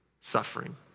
suffering